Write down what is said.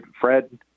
Fred